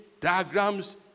diagrams